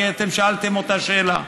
כי אתם שאלתם אותה שאלה.